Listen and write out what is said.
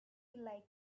like